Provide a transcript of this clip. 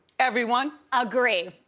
everyone. agree,